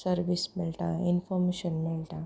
service मेळटा information मेळटा